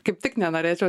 kaip tik nenorėčiau